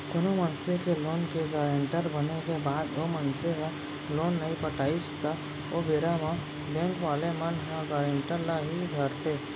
कोनो मनसे के लोन के गारेंटर बने के बाद ओ मनसे ह लोन नइ पटाइस त ओ बेरा म बेंक वाले मन ह गारेंटर ल ही धरथे